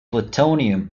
plutonium